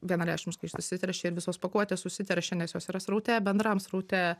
vienareikšmiškai susiteršia ir visos pakuotės užsiteršia nes jos yra sraute bendram sraute